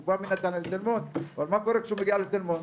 אבל מה קורה כשהוא מגיע לתל-מונד,